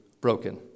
broken